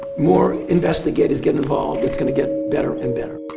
more investigators get involved, it's going to get better and better